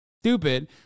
stupid